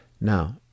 Now